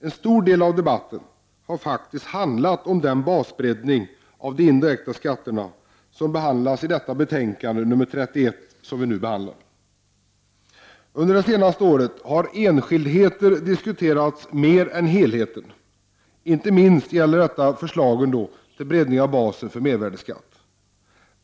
En stor del av debatten har faktiskt handlat om den breddning av basen för uttag av de indirekta skatter som behandlats i detta betänkande, nr 31, som vi nu diskuterar. Under det senaste året har enskildheter diskuterats mer än helheten — inte minst gäller detta förslagen till breddning av basen för mervärdeskatten.